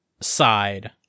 side